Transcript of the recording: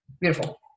beautiful